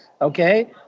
Okay